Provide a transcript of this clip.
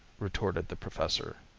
retorted the professor.